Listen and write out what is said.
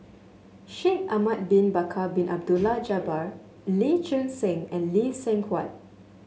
Shaikh Ahmad Bin Bakar Bin Abdullah Jabbar Lee Choon Seng and Lee Seng Huat